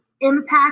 impact